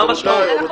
מה המשמעות.